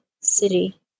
city